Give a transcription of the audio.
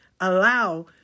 allow